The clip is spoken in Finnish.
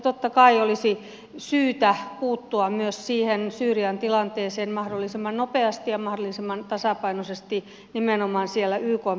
totta kai olisi syytä puuttua myös siihen syyrian tilanteeseen mahdollisimman nopeasti ja mahdollisimman tasapainoisesti nimenomaan ykn päätöksellä